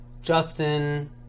Justin